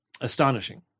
astonishing